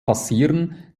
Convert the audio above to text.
passieren